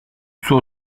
suo